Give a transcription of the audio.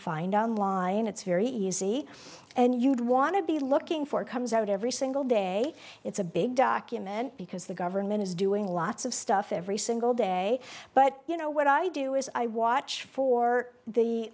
find on line it's very easy and you'd want to be looking for it comes out every single day it's a big document because the government is doing lots of stuff every single day but you know what i do is i watch for the